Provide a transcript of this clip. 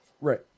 Right